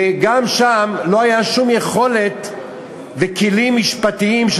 וגם שם לא היו שום יכולת וכלים משפטיים של